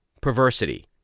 perversity